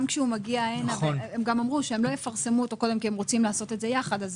גם אמרו שלא יפרסמו את זה קודם כי הם רוצים לעשות את זה יחד אז